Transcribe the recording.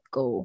go